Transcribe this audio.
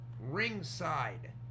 ringside